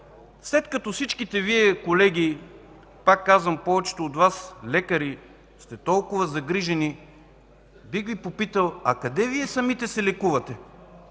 след като всички Вие, колеги, пак казвам – повечето от Вас лекари, сте толкова загрижени, бих Ви попитал: а къде се лекувате